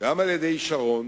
גם שרון